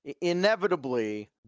inevitably